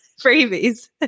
freebies